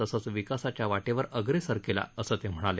तसंच विकासाच्या वाटेवर अग्रेसर केला असं ते म्हणाले